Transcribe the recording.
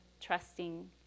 trusting